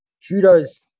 Judo's